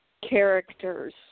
characters